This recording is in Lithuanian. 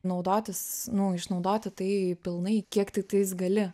naudotis nu išnaudoti tai pilnai kiek tiktais gali